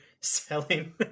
selling